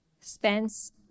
Spence